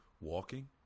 walking